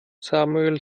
samuel